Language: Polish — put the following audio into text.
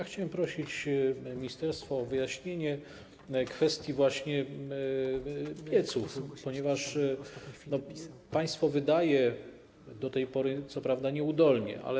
Chciałem prosić ministerstwo o wyjaśnienie kwestii pieców, ponieważ państwo wydaje, do tej pory co prawda nieudolnie, ale.